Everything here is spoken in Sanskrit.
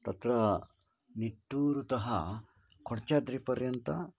तत्र निट्टूरुतः कोड्चाद्रिपर्यन्तं